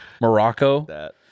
Morocco